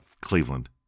Cleveland